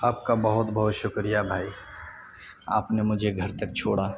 آپ کا بہت بہت شکریہ بھائی آپ نے مجھے گھر تک چھوڑا